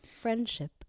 Friendship